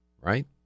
right